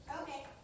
okay